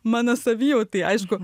mano savijautai aišku